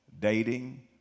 dating